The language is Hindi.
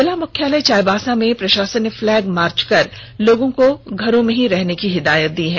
जिला मुख्यालय चाईबासा में प्रशासन ने फ्लैग मार्च कर लोगों को घरों में ही रहने की हिदायत दी है